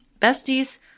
besties